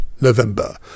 November